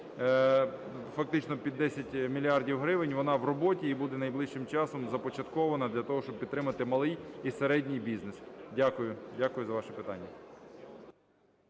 фактично під 10 мільярдів гривень, вона у роботі і буде найближчим часом започаткована для того, щоб підтримати малий і середній бізнес. Дякую. Дякую за ваше питання.